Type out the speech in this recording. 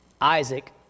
Isaac